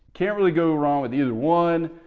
can't really go wrong with either one.